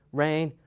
rain,